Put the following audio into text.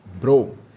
bro